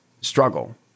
struggle